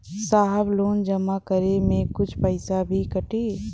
साहब लोन जमा करें में कुछ पैसा भी कटी?